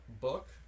book